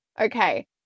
okay